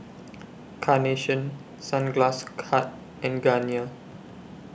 Carnation Sunglass Hut and Garnier